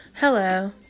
hello